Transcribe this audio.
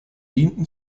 dienten